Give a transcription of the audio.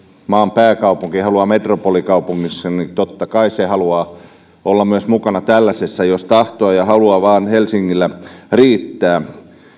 maan pääkaupunki haluaa metropolikaupungiksi totta kai se haluaa olla mukana myös tällaisessa jos vaan tahtoa ja halua helsingillä riittää